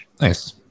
Nice